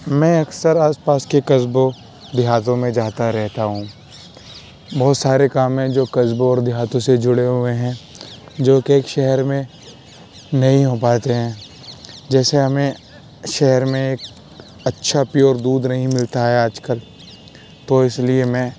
میں اکثر آس پاس کے قصبوں دیہاتوں میں جاتا رہتا ہوں بہت سارے کام ہیں جو قصبوں اور دیہاتوں سے جڑے ہوئے ہیں جو کہ ایک شہر میں نہیں ہو پاتے ہیں جیسے ہمیں شہر میں اچھا پیور دودھ نہیں ملتا ہے آج کل تو اس لیے میں